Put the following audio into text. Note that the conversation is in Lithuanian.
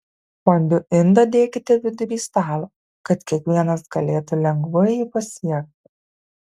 fondiu indą dėkite vidury stalo kad kiekvienas galėtų lengvai jį pasiekti